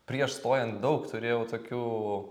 prieš stojant daug turėjau tokių